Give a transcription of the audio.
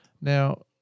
Now